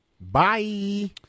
Bye